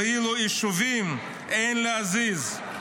ואילו יישובים, אין להזיז.